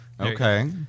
Okay